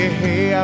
hey